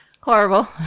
Horrible